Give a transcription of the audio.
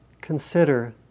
consider